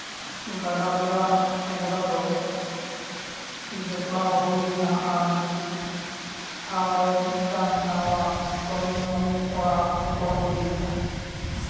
ᱜᱟᱰᱟ ᱨᱮᱭᱟᱜ ᱜᱳᱰᱟ ᱫᱚ ᱡᱚᱯᱲᱟᱣ ᱦᱩᱭ ᱞᱮᱱᱟ ᱟᱨ ᱢᱤᱫ ᱴᱷᱟᱶ ᱨᱮ ᱢᱤᱫᱴᱟᱱ ᱱᱟᱣᱟ ᱠᱟᱹᱢᱤᱭᱟᱹ ᱚᱲᱟᱜ ᱛᱷᱟᱯᱚᱱ ᱦᱩᱭ ᱞᱮᱱᱟ